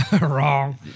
wrong